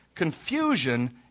confusion